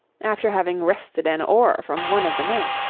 after having wrested an oar from one of the men.